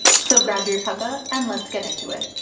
so grab your cuppa and let's get into it!